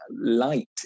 light